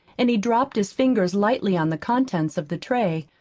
and he dropped his fingers lightly on the contents of the tray.